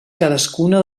cadascuna